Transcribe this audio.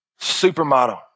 Supermodel